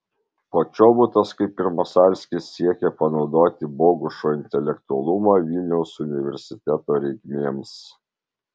počobutas kaip ir masalskis siekė panaudoti bogušo intelektualumą vilniaus universiteto reikmėms